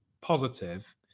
positive